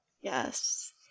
Yes